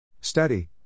Study